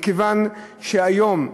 מכיוון שהיום,